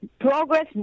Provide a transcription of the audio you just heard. progress